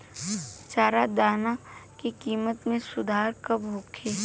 चारा दाना के किमत में सुधार कब होखे?